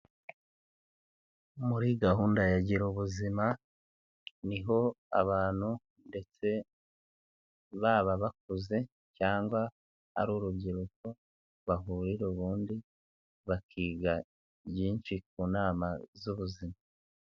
Muri gahunda ya gira ubuzima ni ho abantu ndetse baba bakuze cyangwa ari urubyiruko, bahurira ubundi bakiga byinshi ku nama z'ubuzima.